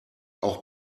auch